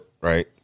right